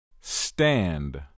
Stand